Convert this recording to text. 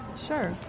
sure